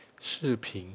视频